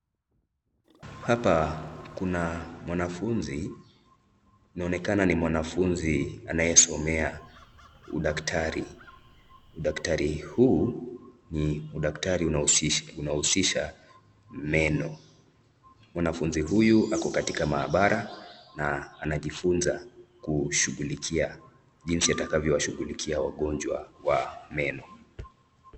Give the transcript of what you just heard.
Hapa kuna mwanafunzi. Inaonekana ni mwanafunzi anayesomea udaktari. Udaktari huu ni udaktari unaohusisha meno. Mwanafunzi huyu ako katika maabara na anajifunza kushughulikia jinsi atakavyowashughulikia wagonjwa wa meno.